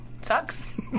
sucks